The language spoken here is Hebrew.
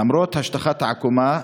למרות השטחת העקומה,